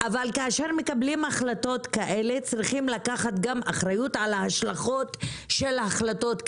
כאשר מקבלים החלטות כאלה צריך לקחת גם אחריות על ההשלכות לאזרחים.